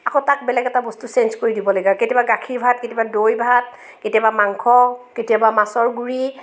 আকৌ তাক বেলেগ এটা বস্তু চেঞ্জ কৰি দিব লাগে কেতিয়াবা গাখীৰ ভাত কেতিয়াবা দৈ ভাত কেতিয়াবা মাংস কেতিয়াবা মাছৰ গুৰি